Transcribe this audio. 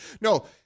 No